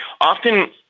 often